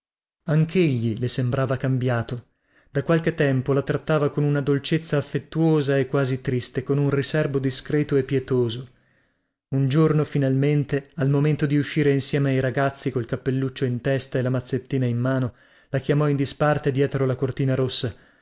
anchegli le sembrava cambiato da qualche tempo la trattava con una dolcezza affettuosa e quasi triste con un riserbo discreto e pietoso un giorno finalmente al momento di uscire insieme ai ragazzi col cappelluccio in testa e la mazzettina in mano la chiamò in disparte dietro la cortina rossa